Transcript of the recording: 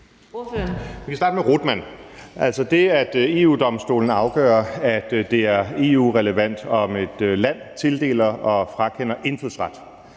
Vi kan starte med Rottmann. Det, at EU-Domstolen afgør, at det er EU-relevant, om et land tildeler og frakender indfødsret,